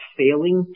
failing